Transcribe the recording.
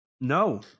No